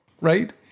right